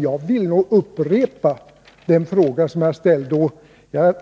Jag vill upprepa den fråga jag ställde, och jag